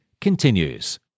continues